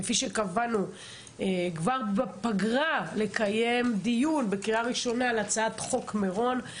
קבענו כבר בפגרה לקיים דיון בקריאה ראשונה על הצעת חוק מירון,